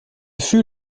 fut